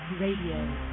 Radio